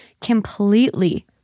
completely